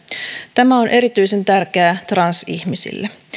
tämä on erityisen tärkeää transihmisille